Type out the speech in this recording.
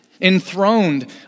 enthroned